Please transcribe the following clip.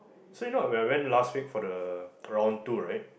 so you know when I went last week for the round two right